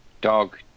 Dog